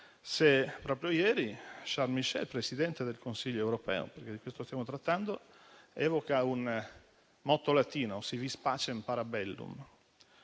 se proprio ieri, Charles Michel, Presidente del Consiglio europeo, perché di questo stiamo trattando, evocava un motto latino: *si vis pacem, para bellum*.